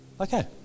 Okay